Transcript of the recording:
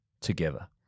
together